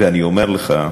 ואני אומר לך,